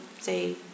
say